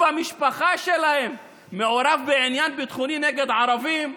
במשפחה שלהם מעורב בעניין ביטחוני נגד ערבים,